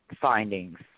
findings